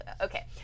Okay